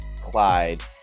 Clyde